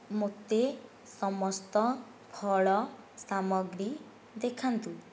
ମୋତେ ସମସ୍ତ ଫଳ ସାମଗ୍ରୀ ଦେଖାନ୍ତୁ